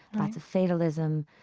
lots of fatalism,